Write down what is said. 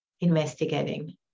investigating